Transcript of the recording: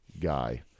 guy